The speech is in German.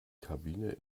kabine